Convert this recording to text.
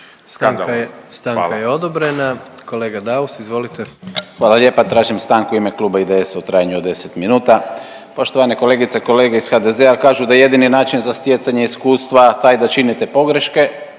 Stanka je odobrena. Kolega Daus, izvolite. **Daus, Emil (IDS)** Hvala lijepa. Tražim stanku u ime Kluba IDS-a u trajanju od 10 minuta. Poštovane kolegice i kolege iz HDZ-a kažu da je jedini način iz stjecanja iskustva taj da činite pogreške,